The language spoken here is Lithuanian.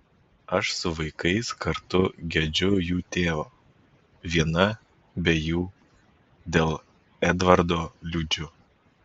aš su vaikais kartu gedžiu jų tėvo viena be jų dėl edvardo liūdžiu